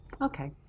Okay